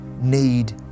need